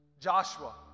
Joshua